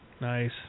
Nice